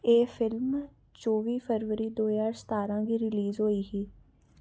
एह् फिल्म चौबी फरवरी दो ज्हार सतारां गी रलीज़ होई ही